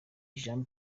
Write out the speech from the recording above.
jean